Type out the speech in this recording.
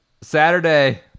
saturday